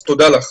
אז תודה לך.